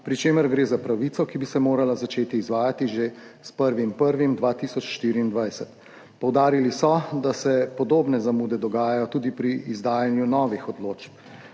pri čemer gre za pravico, ki bi se morala začeti izvajati že s 1. 1. 2024. Poudarili so, da se podobne zamude dogajajo tudi pri izdajanju novih odločb.